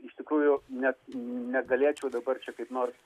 iš tikrųjų net negalėčiau dabar čia kaip nors